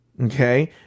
okay